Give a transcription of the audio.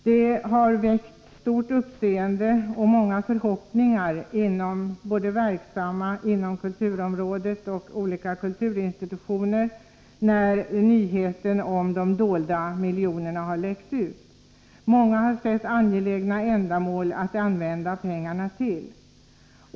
Det har väckt stort uppseende och många förhoppningar hos verksamma både inom kulturrådet och olika kulturinstitutioner när nyheten om de dolda miljonerna har läckt ut. Många har framför sig sett angelägna ändamål att använda pengarna till.